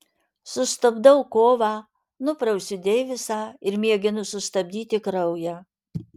sustabdau kovą nuprausiu deivisą ir mėginu sustabdyti kraują